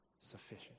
sufficient